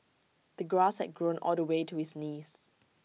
the grass had grown all the way to his knees